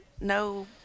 no